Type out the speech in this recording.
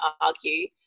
argue